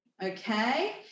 Okay